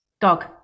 Dog